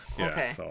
Okay